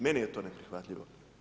Meni je to neprihvatljivo.